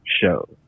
show